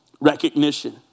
recognition